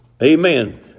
Amen